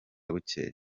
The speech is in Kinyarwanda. bucyeye